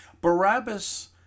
barabbas